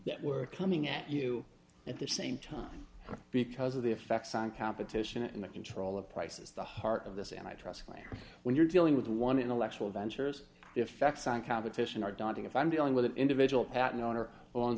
that were coming at you at the same time because of the effects on competition and the control of prices the heart of this and i trust claim when you're dealing with one intellectual ventures the effects on competition are daunting if i'm dealing with an individual patent owner owns